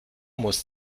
muss